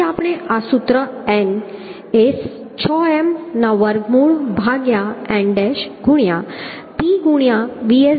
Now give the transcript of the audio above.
પછી આપણે આ સૂત્ર n એ 6M ના વર્ગમૂળ ભાગ્યા n ડૅશ ગુણ્યાં p ગુણ્યાં Vsdb ના બરાબર છે